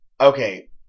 Okay